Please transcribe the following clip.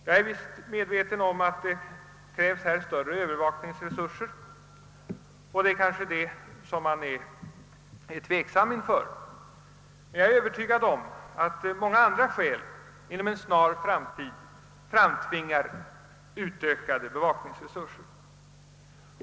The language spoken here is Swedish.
Jag är medveten om att ett genomförande av detta förslag skulle kräva större övervakningsresurser, och det är kanske detta man varit tveksam inför. Jag är emellertid övertygad om att många andra skäl inom en snar framtid kommer att framtvinga ökade bevakningsresurser.